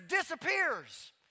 disappears